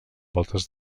voltes